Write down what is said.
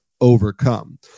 overcome